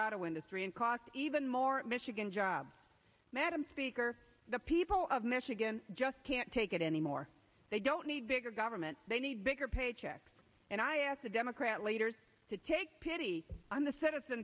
auto industry and cost even more michigan jobs madam speaker the people of michigan just can't take it anymore they don't need bigger government they need bigger paychecks and i asked a democrat leaders to take pity on